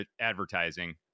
advertising